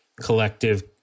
collective